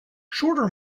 shorter